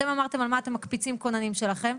אתם אמרתם על מה אתם מקפצים כוננים שלכם,